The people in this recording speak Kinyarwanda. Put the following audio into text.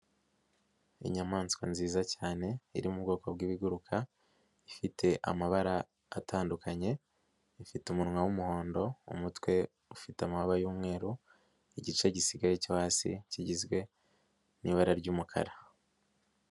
Inyamaswa nziza cyane iri mu bwoko bw'ibiguruka, ifite amabara atandukanye, ifite umunwa w'umuhondo, umutwe ufite amababa y'umweru, igice gisigaye cyo hasi kigizwe n'ibara ry'umukara.